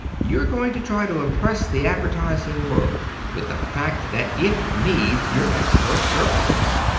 you're going to try to impress the advertising world with the fact that it needs your expert services.